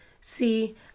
See